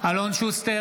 בהצבעה אלון שוסטר,